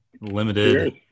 Limited